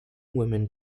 women